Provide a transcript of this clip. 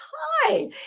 hi